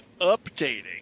updating